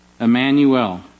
Emmanuel